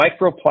Microplastics